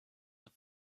have